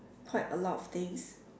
quite a lot of things